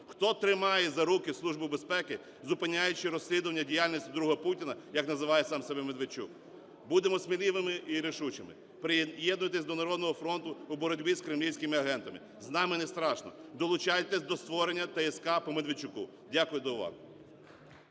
Хто тримає за руки Службу безпеки, зупиняючи розслідування діяльності "друга Путіна", як називає сам себе Медведчук? Будемо сміливими і рішучими! Приєднуйтеся до "Народного фронту" у боротьбі з кремлівськими агентами, з нами не страшно. Долучайтеся до створення ТСК по Медведчуку. Дякую за увагу.